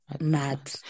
Mad